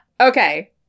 Okay